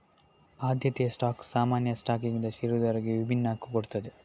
ಆದ್ಯತೆಯ ಸ್ಟಾಕ್ ಸಾಮಾನ್ಯ ಸ್ಟಾಕ್ಗಿಂತ ಷೇರುದಾರರಿಗೆ ವಿಭಿನ್ನ ಹಕ್ಕು ಕೊಡ್ತದೆ